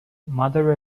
mother